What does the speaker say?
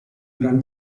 gran